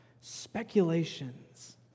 Speculations